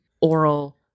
oral